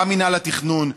גם מינהל התכנון,